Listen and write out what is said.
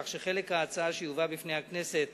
כך שבחלק ההצעה שיובא לפני הכנסת